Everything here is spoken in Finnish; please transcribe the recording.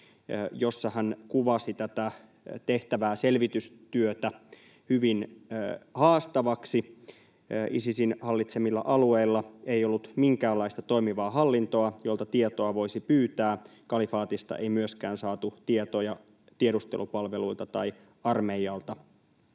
jossa hän kuvasi tätä tehtävää selvitystyötä hyvin haastavaksi: ”Isisin hallitsemilla alueilla ei ollut minkäänlaista toimivaa hallintoa, jolta tietoa voisi pyytää. Kalifaatista ei myöskään saatu tietoja tiedustelupalveluilta tai armeijalta.”